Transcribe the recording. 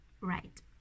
right